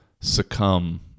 succumb